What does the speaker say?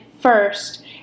first